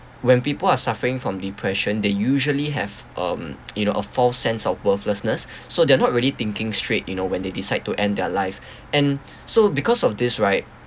when people are suffering from depression they usually have um you know a false sense of worthlessness so they're not really thinking straight you know when they decide to end their life and so because of this right